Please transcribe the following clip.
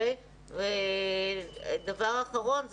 ודבר אחרון,